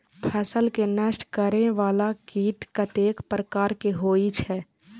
फसल के नष्ट करें वाला कीट कतेक प्रकार के होई छै?